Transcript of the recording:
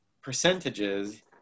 percentages